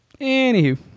Anywho